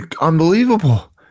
unbelievable